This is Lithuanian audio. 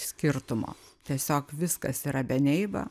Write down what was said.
skirtumo tiesiog viskas yra beneiba